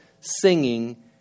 singing